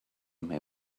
may